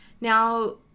Now